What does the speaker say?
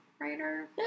writer